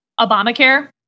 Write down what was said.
Obamacare